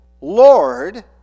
Lord